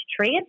trade